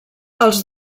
els